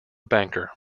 banker